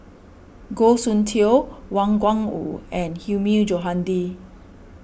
Goh Soon Tioe Wang Gungwu and Hilmi Johandi